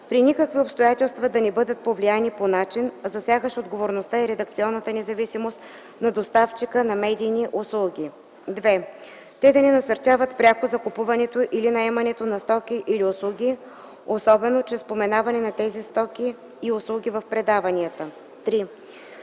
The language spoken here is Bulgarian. при никакви обстоятелства да не бъдат повлияни по начин, засягащ отговорността и редакторската независимост на доставчика на медийни услуги; 2. те да не насърчават пряко закупуването или наемането на стоки или услуги, особено чрез споменаване на тези стоки и услуги в предаванията; 3.